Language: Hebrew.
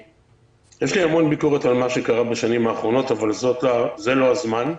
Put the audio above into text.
יש לי המון ביקורת על מה שקרה בשנים האחרונות אבל זה לא הזמן.